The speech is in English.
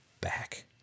back